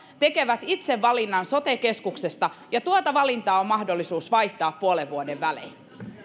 tekevät itse valinnan sote keskuksesta ja tuota valintaa on mahdollisuus vaihtaa puolen vuoden välein